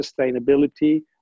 sustainability